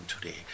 today